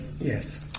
Yes